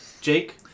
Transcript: Jake